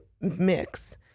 mix